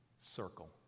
circle